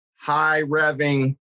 high-revving